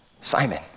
Simon